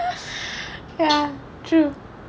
ya true